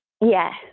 Yes